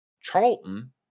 Charlton